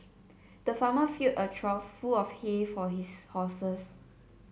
the farmer filled a trough full of hay for his horses